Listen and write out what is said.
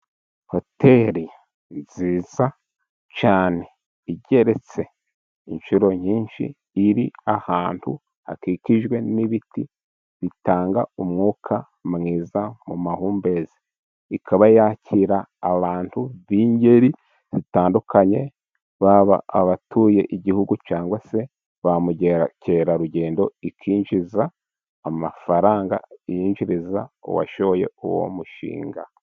Hoteli nziza cyane igeretse inshuro nyinshi, iri ahantu hakikijwe n'ibiti bitanga umwuka mwiza mu mahumbezi, ikaba yakira abantu b'ingeri zitandukanye, baba abatuye igihugu cyangwa se ba mukekerarugendo, ikinjiza amafaranga yinjiriza uwashoye uwo mushinga.